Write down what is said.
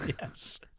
yes